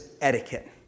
etiquette